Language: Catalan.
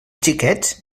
xiquets